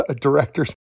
directors